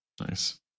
Nice